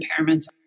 impairments